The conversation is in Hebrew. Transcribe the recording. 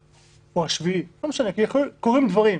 או השביעי, לא משנה, קורים דברים,